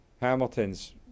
Hamilton's